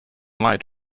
liked